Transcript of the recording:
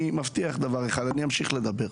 אני מבטיח דבר אחד, אני אמשיך לדבר.